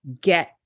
get